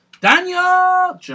Daniel